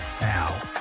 now